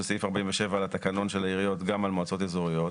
סעיף 47 לתקנון של העיריות גם על מועצות אזוריות,